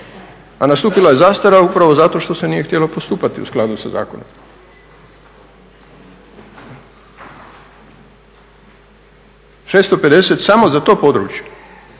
a nastupila je zastara upravo zato što se nije htjelo postupati u skladu sa zakonom. 650 samo za to područje